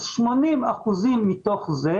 80 אחוזים מתוך זה